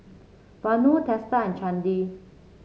Vanu Teesta and Chandi